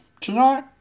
tonight